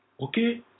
Okay